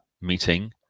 meeting